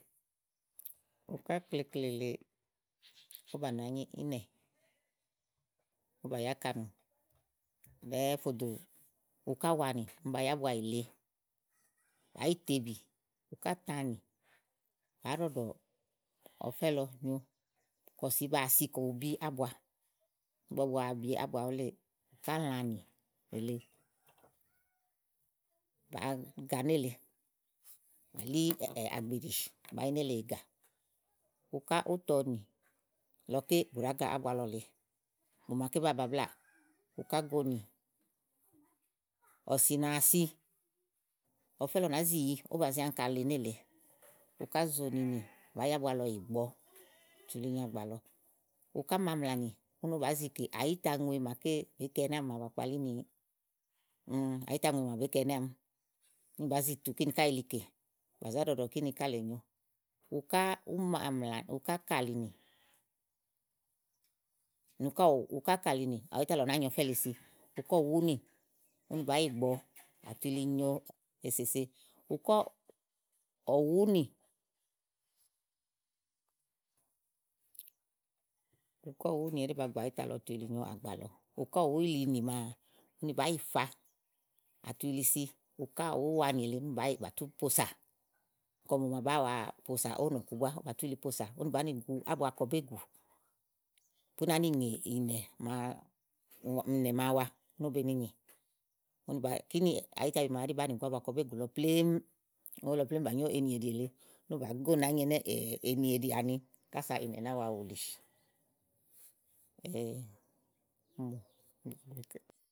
́uká klekle lèe ówó bàa nàányi ínɛ̀, ówó bà yá ákanù ɖɛ́ɛ́ fò dò uká úwaani úni bàá yi ábua yi le, bàá yi téèbì uká utããnì, àá ɖɔɖɔ̀ ɔfɛ́ lɔ nyo kɔ ɔ̀sì baa si kɔ bu bí ábua. ígbɔ bu wa bi ábua wuléè, uká úlãnì èle bàá ga nélèe à na lí àgbèɖì à nàá yi nélèe yì gà. uká útɔɔni èle lɔké bù ɖàá ga ábua lɔ lèe mò màaké bá bablaà. ukáúgoonì ɔ̀sì na wa si ɔfɛ lɔ nàá zi ówó bàá zi áŋká le nélèe ukáuzòònì bàá yi ábua lɔ yi gbɔ tu yili nyo àgbà lɔ ukàùmaamlà nì úni ówó bàá zi kè àyita ŋue màa bèé ke ɛnɛ́ àámi màa bàa kpalí ni àyi taŋue màa bèé ke ɛnɛ́ àámi. úni bàá zi tùu kíni ká yili kè bà záɖɔɖɔ̀ kíni ká lèe nyo uká úmaamlà, ukáúkàlì nì, ukàɔ̀wú, ukáúkàli nì àyita lɔ nàáa nyo ɔfɛ́ lèe si uká ɔ̀wúnì úni bàá yi gbɔ̀ɔ àti yili nyo èsèse, uká ɔ̀wúnì ukáɔ̀wúnì úni ɛɖí ba gbɔ àyíta lɔ tu nyo àgbà lɔ. uká ɔwúìlinì maa úni bàá yi fàa à tu yili si ukáɔ̀wúúwaanì èle úni bàá, úni bà tú posà kɔ mòmàa bàáa wa posà ówò nɔ̀ku búá bà tú yili posà úni bàá ni gúu ábua kɔ bégù bú nàá ni ŋè ìnɛ̀ màa màa wa ùni ówó benì ŋè. úni bàá kínì àyítabi màawu bàáa nì gu ábua kɔ bégù lɔ plémú. ówo lɔ plémú bà nyò ènìèɖì èle. úni ówó bà gó nàányi ɛnɛ́ ènìèɖì àni kása ìnɛ̀ nàáa wa wúlì.